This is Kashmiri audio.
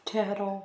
ٹھہرو